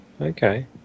okay